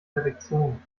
perfektion